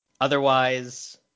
Otherwise